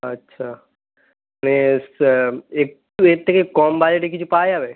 আচ্ছা এস একটু এর থেকে কম বাজেটে কিছু পাওয়া যাবে